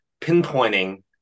pinpointing